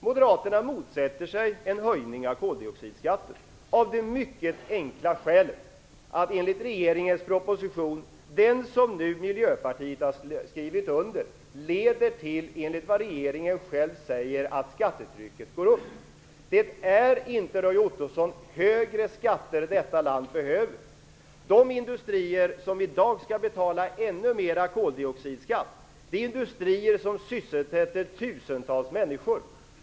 Moderaterna motsätter sig en höjning av koldioxidskatten av det mycket enkla skälet att det enligt regeringens proposition - som Miljöpartiet nu har skrivit under - leder till att skattetrycket ökar. Det är inte högre skatter, Roy Ottosson, som detta land behöver. De industrier som i dag skall betala ännu mera koldioxidskatt sysselsätter tusentals människor.